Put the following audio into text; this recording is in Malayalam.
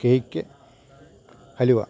കേക്ക് ഹലുവ